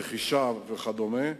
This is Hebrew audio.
רכישה וכדומה,